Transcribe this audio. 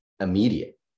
immediate